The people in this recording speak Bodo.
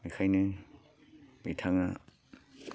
बेनिखायनो बिथाङा